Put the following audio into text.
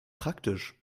praktisch